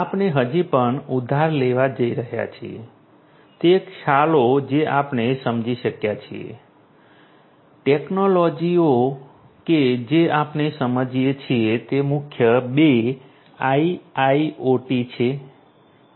આપણે હજી પણ ઉધાર લેવા જઈ રહ્યા છીએ તે ખ્યાલો જે આપણે સમજી શક્યા છીએ ટેક્નોલોજીઓ કે જે આપણે સમજીએ છીએ તે મુખ્ય બે IIoT છે